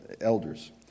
elders